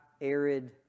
arid